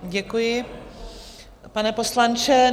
Děkuji, pane poslanče.